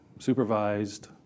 supervised